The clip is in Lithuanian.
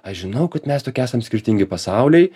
aš žinau kad mes tokie esam skirtingi pasauliai